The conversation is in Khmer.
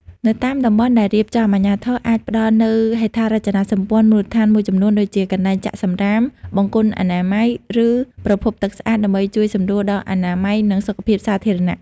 នៅតាមតំបន់ដែលបានរៀបចំ អាជ្ញាធរអាចនឹងផ្តល់នូវហេដ្ឋារចនាសម្ព័ន្ធមូលដ្ឋានមួយចំនួនដូចជា កន្លែងចាក់សំរាម បង្គន់អនាម័យ ឬប្រភពទឹកស្អាត ដើម្បីជួយសម្រួលដល់អនាម័យ និងសុខភាពសាធារណៈ ។